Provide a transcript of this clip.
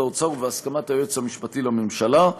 ומשרד האוצר ובהסכמת היועץ המשפטי לממשלה.